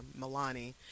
Milani